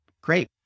great